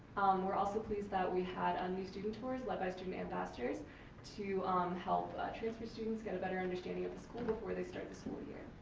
we're also pleased that we had our new student tours lead by student ambassadors to um help transfer students get a better understanding of the school book where they start in the school year.